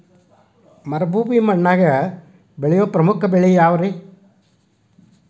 ಮರುಭೂಮಿ ಮಣ್ಣಾಗ ಬೆಳೆಯೋ ಪ್ರಮುಖ ಬೆಳೆಗಳು ಯಾವ್ರೇ?